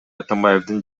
атамбаевдин